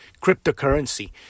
cryptocurrency